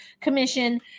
Commission